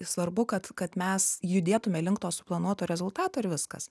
svarbu kad kad mes judėtume link to suplanuoto rezultato ir viskas